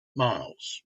miles